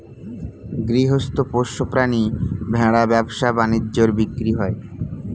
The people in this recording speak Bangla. গৃহস্থ পোষ্য প্রাণী ভেড়া ব্যবসা বাণিজ্যে বিক্রি হয়